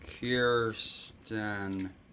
Kirsten